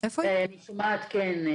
אני שומעת, כן.